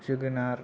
जोगोनार